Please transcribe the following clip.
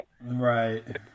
Right